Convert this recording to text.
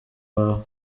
wawe